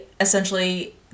essentially